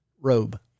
robe